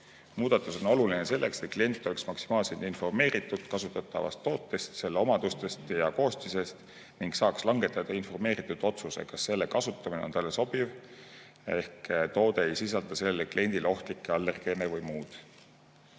Muudatus on oluline selleks, et klient oleks maksimaalselt informeeritud kasutatavast tootest, selle omadustest ja koostisest ning saaks langetada informeeritud otsuse, kas selle kasutamine on talle sobiv ehk toode ei sisalda sellele kliendile ohtlikke allergeene või muud